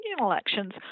elections